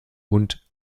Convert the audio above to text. und